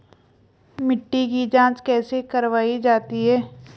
मिट्टी की जाँच कैसे करवायी जाती है?